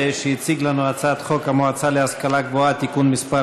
שהציג לנו את הצעת חוק המועצה להשכלה גבוהה (תיקון מס'